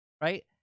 Right